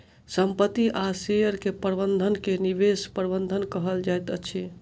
संपत्ति आ शेयर के प्रबंधन के निवेश प्रबंधन कहल जाइत अछि